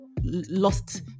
lost